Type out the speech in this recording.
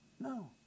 No